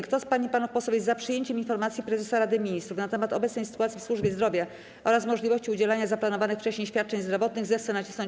Kto z pań i panów posłów jest za przyjęciem informacji Prezesa Rady Ministrów na temat obecnej sytuacji w służbie zdrowa oraz możliwości udzielenia zaplanowanych wcześniej świadczeń zdrowotnych, zechce nacisnąć